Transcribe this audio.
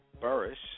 Burris